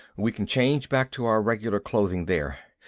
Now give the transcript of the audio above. we can change back to our regular clothing there,